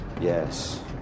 Yes